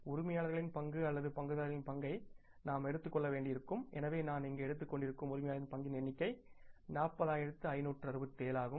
உரிமையாளரின் பங்கு அல்லது பங்குதாரர்களின் பங்கை நாம் எடுத்துக்கொள்ள வேண்டியிருக்கும் எனவே நான் இங்கு எடுத்துக்கொண்டிருக்கும் உரிமையாளரின் பங்கின் மதிப்பு 40567 ஆகும்